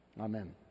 Amen